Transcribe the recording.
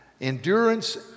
endurance